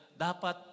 Dapat